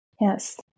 Yes